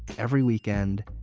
every weekend,